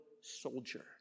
soldier